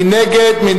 מי נגד?